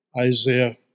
Isaiah